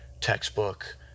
textbook